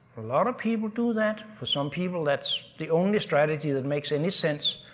a lot of people do that. for some people that's the only strategy that makes any sense,